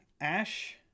Ash